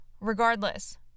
Regardless